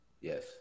Yes